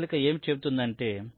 M1 కదలిక ఏమి చెబుతుందంటే కాబట్టి